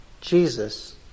Jesus